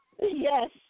Yes